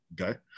okay